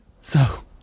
So-